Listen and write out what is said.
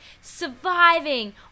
surviving